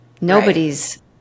Nobody's